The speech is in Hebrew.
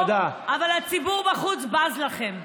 אבל הציבור בחוץ בז לכם.